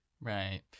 Right